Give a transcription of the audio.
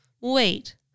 wait